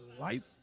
life